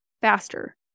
faster